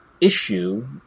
issue